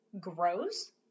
grows